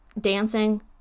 dancing